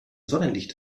sonnenlicht